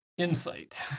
Insight